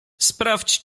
sprawdź